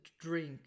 drink